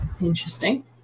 Interesting